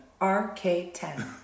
RK10